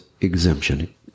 exemption